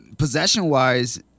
Possession-wise